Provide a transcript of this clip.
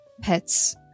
pets